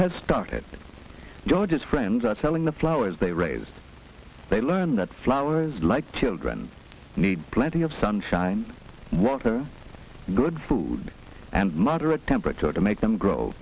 has started george's friends are selling the flowers they raise they learn that flowers like children need plenty of sunshine water good food and moderate temperature to make them grow